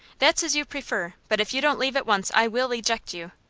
that's as you prefer, but if you don't leave at once i will eject you.